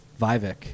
Vivek